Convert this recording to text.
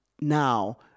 now